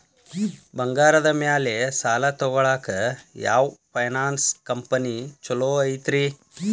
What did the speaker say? ಬಂಗಾರದ ಮ್ಯಾಲೆ ಸಾಲ ತಗೊಳಾಕ ಯಾವ್ ಫೈನಾನ್ಸ್ ಕಂಪನಿ ಛೊಲೊ ಐತ್ರಿ?